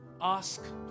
ask